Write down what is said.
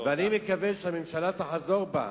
ואני מקווה שהממשלה תחזור בה.